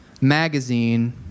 Magazine